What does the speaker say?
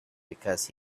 because